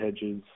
hedges